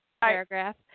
paragraph